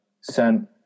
sent